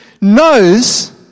knows